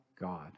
God